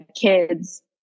kids